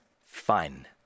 Fine